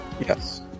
Yes